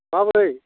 माब्रै